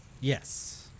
Yes